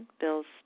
Bill's